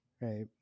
right